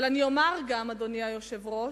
אבל, אדוני היושב-ראש,